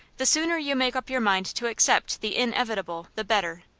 the sooner you make up your mind to accept the inevitable the better.